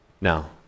Now